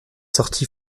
sortie